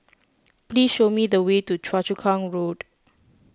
please show me the way to Choa Chu Kang Road